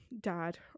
dad